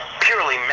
purely